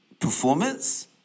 performance